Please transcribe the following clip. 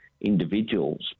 individuals